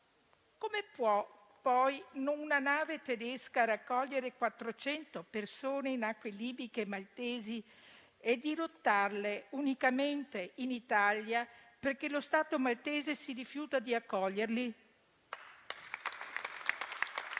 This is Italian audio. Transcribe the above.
come può, poi, una nave tedesca raccogliere 400 persone in acque libiche e maltesi e dirottarle unicamente in Italia, perché lo Stato maltese si rifiuta di accoglierli?